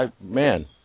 Man